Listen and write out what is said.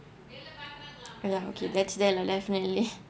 ah ya okay that's there definitely